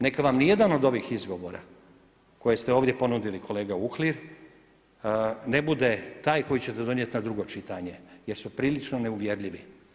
Neka vam ni jedan od ovih izgovora koje ste ovdje ponudili kolega Uhlir ne bude taj koji ćete donijeti na drugo čitanje, jer su prilično neuvjerljivi.